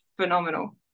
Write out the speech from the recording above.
phenomenal